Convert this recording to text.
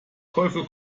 teufel